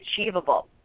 achievable